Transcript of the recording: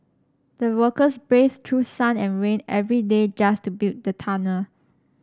the workers braved through sun and rain every day just to build the tunnel